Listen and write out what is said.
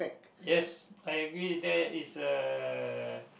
yes I agree there is a